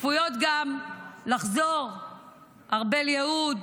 צפויות לחזור הביתה גם ארבל יהוד